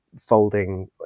folding